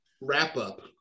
wrap-up